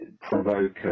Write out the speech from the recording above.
provoke